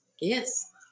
Yes